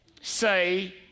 say